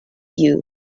you